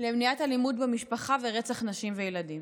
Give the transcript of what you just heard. למניעת אלימות במשפחה ורצח נשים וילדים,